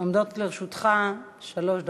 עומדות לרשותך שלוש דקות.